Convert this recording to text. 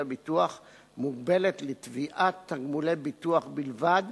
הביטוח מוגבלת לתביעת תגמולי ביטוח בלבד,